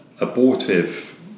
abortive